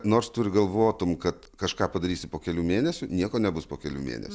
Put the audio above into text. nors tu ir galvotum kad kažką padarysi po kelių mėnesių nieko nebus po kelių mėnesių